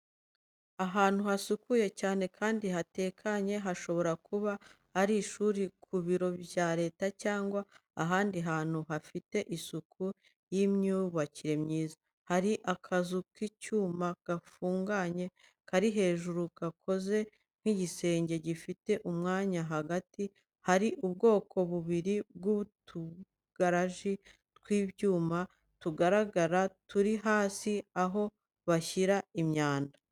Ahantu hasukuye cyane kandi hatekanye hashobora kuba ari ku ishuri, ku biro bya Leta cyangwa ahandi hantu hafite isuku n’imyubakire myiza. Hari akazu k'icyuma gafunganye kari hejuru gakoze nk'igisenge gifite umwanya hagati. Hari ubwoko bubiri bw’utujagari tw’icyuma tugaragara turi hasi aho bashyira imyanda.